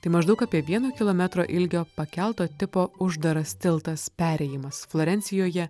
tai maždaug apie vieno kilometro ilgio pakelto tipo uždaras tiltas perėjimas florencijoje